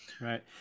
Right